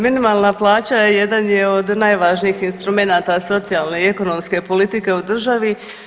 Minimalna plaća jedan je od najvažnijih instrumenata socijalne i ekonomske politike u državi.